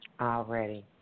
Already